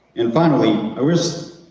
and finally, i wish